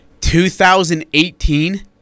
2018